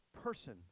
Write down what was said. person